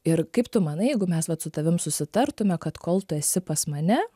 ir kaip tu manai jeigu mes vat su tavim susitartume kad kol tu esi pas mane